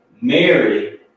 Mary